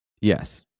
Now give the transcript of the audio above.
Yes